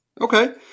Okay